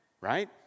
Right